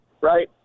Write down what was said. Right